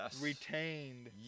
retained